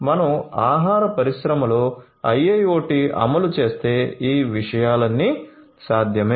మనం ఆహార పరిశ్రమలో IIoT అమలు చేస్తే ఈ విషయాలన్నీ సాధ్యమే